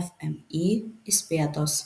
fmį įspėtos